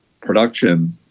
production